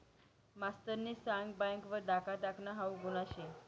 मास्तरनी सांग बँक वर डाखा टाकनं हाऊ गुन्हा शे